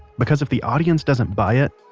because if the audience doesn't buy it,